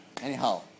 Anyhow